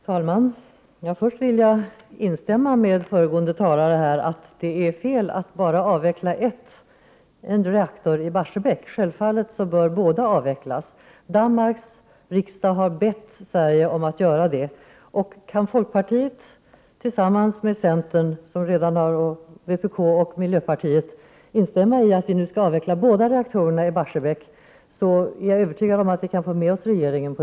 Fru talman! Först vill jag instämma med föregående talare om att det är fel att avveckla bara en reaktor i Barsebäck. Självfallet bör båda reaktorerna avvecklas. Danmarks parlament har bett Sverige att göra det. Om folkpartiet tillsammans med centern, vpk och miljöpartiet instämmer i kravet på att båda reaktorerna i Barsebäck nu skall avvecklas är jag övertygad om att vi kan få med oss regeringen.